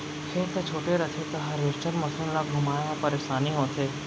खेत ह छोटे रथे त हारवेस्टर मसीन ल घुमाए म परेसानी होथे